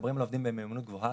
כשמדברים על עובדים במיומנות גבוהה,